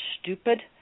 stupid